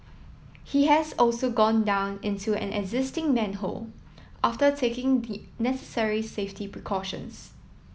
he has also gone down into an existing manhole after taking the necessary safety precautions